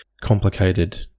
complicated